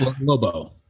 Lobo